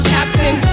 Captain